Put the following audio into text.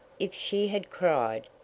if she had cried,